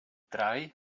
drei